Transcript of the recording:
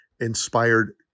inspired